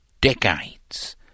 decades